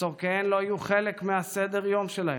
שצורכיהן לא יהיו חלק מסדר-היום שלכם.